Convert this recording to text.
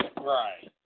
Right